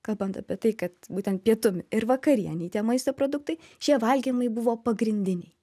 kalbant apie tai kad būtent pietum ir vakarienei tie maisto produktai šie valgymai buvo pagrindiniai